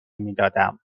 میدادم